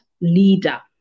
leader